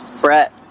Brett